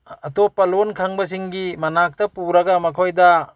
ꯑꯇꯣꯞꯄ ꯂꯣꯟ ꯈꯪꯕꯁꯤꯡꯒꯤ ꯃꯅꯥꯛꯇ ꯄꯨꯔꯒ ꯃꯈꯣꯏꯗ